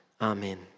Amen